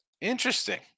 Interesting